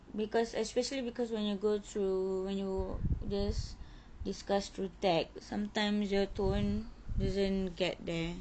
because especially because when you go through when you just discuss through text sometimes your tone doesn't get there